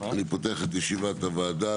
אני פותח את ישיבת הוועדה,